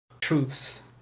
truths